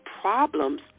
problems